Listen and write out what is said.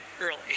early